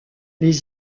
les